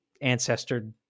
ancestor